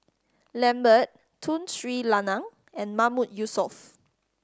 Lambert Tun Sri Lanang and Mahmood Yusof